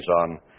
on